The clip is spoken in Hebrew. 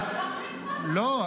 אז ------ לא,